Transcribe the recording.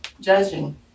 Judging